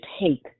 take